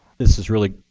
this is really,